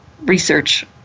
research